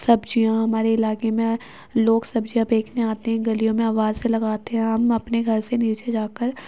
سبزیاں ہمارے علاقے میں لوگ سبزیاں بیچنے آتے ہیں گلیوں میں آوازیں لگاتے ہیں ہم اپنے گھر سے نیچے جا کر